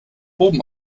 oben